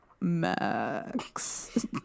max